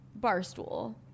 Barstool